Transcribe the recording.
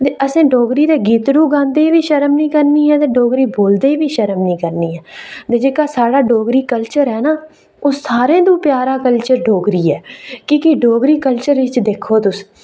ते असें डोगरी ते गीतड़ू गांदे बी शर्म नेईं करनी ते इयां गे डोगरी बोलदे बी कोई शर्म नेईं करनी ऐ बस जेहका साढ़ा डोगरी कल्चर है ना ओह् सारे तू प्यारा कल्चर डोगरी ऐ कि के डोगरी कल्चर बिच दिक्खो तुस